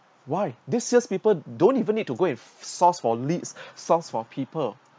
why these sales people don't even need to give source for leads source for people